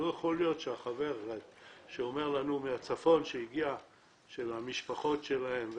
לא יכול להיות שהחבר שהגיע מהצפון אומר לנו על המשפחות שלהם,